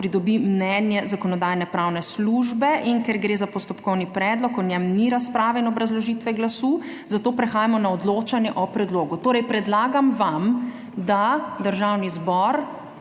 pridobi mnenje Zakonodajno-pravne službe. Ker gre za postopkovni predlog, o njem ni razprave in obrazložitve glasu, zato prehajamo na odločanje o predlogu. Predlagam vam, da Državni zbor